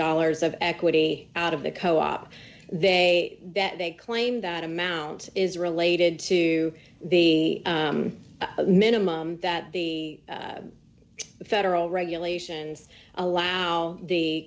dollars of equity out of the co op they that they claim that amount is related to the minimum that the federal regulations alas the